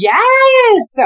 Yes